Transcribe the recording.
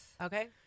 Okay